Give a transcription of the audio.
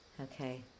Okay